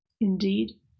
Indeed